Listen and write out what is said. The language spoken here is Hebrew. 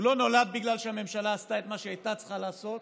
הוא לא נולד בגלל שהממשלה עשתה את מה שהיא הייתה צריכה לעשות,